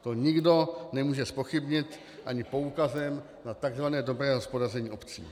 To nikdo nemůže zpochybnit ani poukazem na tzv. dobré hospodaření obcí.